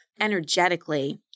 energetically